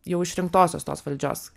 jo išrinktosios tos valdžios